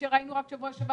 כאשר היינו רק שבוע שעבר